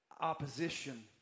opposition